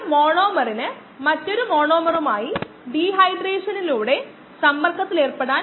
എനിക്ക് net rate അറിയാമെങ്കിൽ എനിക്ക് അത് കണ്ടെത്താൻ കഴിയും